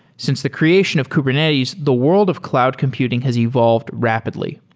since the creation of kubernetes, the world of cloud computing has evolved rapidly.